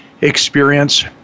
experience